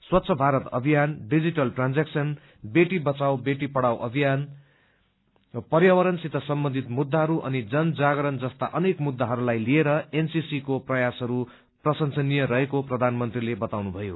स्वच्छ भारत अभियान होस वा डिजिटल ट्रांजेक्शन बेटी बचाओ बेटी पढ़ाओ अभियान होस वा पर्यावरण सित सम्बन्धित मुद्दाहरू अनि जन जागरण जस्ता अनेक मुद्दाहरूलाई लिएर एनसीसी को प्रयासहरू प्रशेसनीय रहेक्रो प्रधानमंत्रीले बताउनुभयो